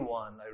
one